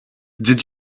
did